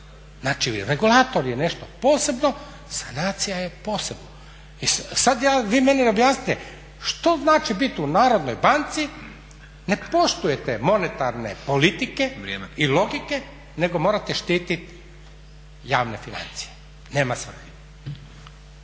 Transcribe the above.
Znači regulator je nešto posebno, sanacija je posebno. Sada vi meni objasnite što znači biti u Narodnoj banci, ne poštujete monetarne politike … …/Upadica: Vrijeme/… … I logike nego morate štiti javne financije. Nema svrhe.